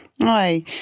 Hi